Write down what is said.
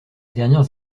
dernières